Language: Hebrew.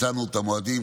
מצאנו את המועדים,